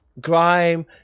Grime